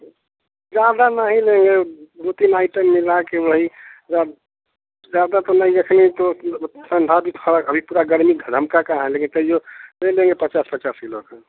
ज़्यादा नहीं लेंगे दो तीन आइटम मिला कर वही ज़्यादा तो लेंगे फिर नहीं तो ठंडा भी सारा अभी पूरा गर्मी गरमका ले लेंगे पचास पचास किलो